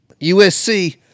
USC